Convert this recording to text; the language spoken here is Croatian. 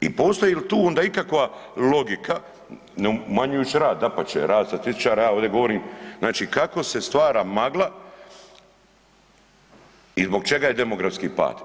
I postoji li tu onda ikakva logika ne umanjujući rad dapače, rad statističara ja ovdje govorim, znači kako se stvara magla i zbog čega je demografski pad.